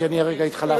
הרגע התחלפתי.